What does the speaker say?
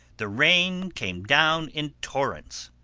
the rain came down in torrents.